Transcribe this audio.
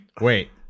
Wait